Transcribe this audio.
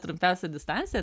trumpiausia distancija